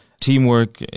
teamwork